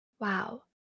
Wow